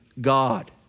God